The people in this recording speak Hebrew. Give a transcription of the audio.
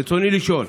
רצוני לשאול: